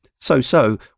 so-so